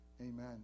Amen